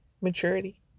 Maturity